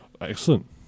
Excellent